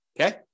okay